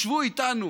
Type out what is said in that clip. ישבו איתנו